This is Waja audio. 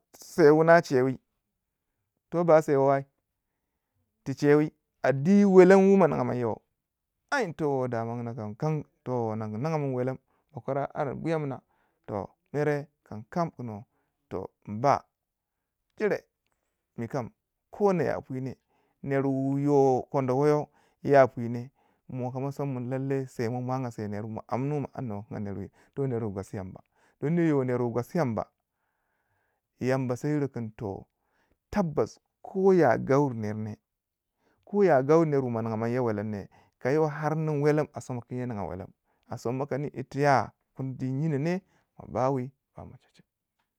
se wuna chewi to base wi ai tu chewi a di welem wu ma ninga manyo wo, an towo daman yina kankam to wo ndanyi mun nyi ninga mun welem bokwara an buya mina toh mere kankam toh nyin ba jire mikam ko na ya piu ne mo kam mo sonu min lailai se mo muwanga se ner wi mo amnuwo mo amna mo kinga ner wi, toh nuwa bu gwasi yamba don mo yo ner wu gwasi yamba, yamba sa yiro kin toh tabbas koya gauri ner neh, ko ya gaure ner wu mo ninga manyo welem neh ka yo har nin welem a somo kunyo ninga welem a soma kanin yirti ya kundi nyino neh mo bawi mo ma ta che.